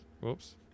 Whoops